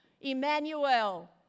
Emmanuel